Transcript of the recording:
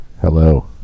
hello